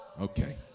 Okay